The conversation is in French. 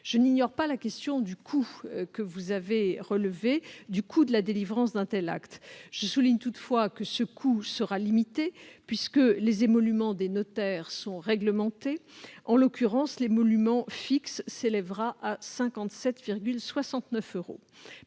Je n'ignore pas la question du coût de la délivrance d'un tel acte, que vous avez relevée. Je souligne toutefois que ce coût sera limité, puisque les émoluments des notaires sont réglementés. En l'occurrence, l'émolument fixe s'élèvera à 57,69 euros.